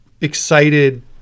excited